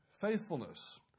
faithfulness